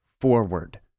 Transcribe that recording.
forward